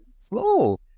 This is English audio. slow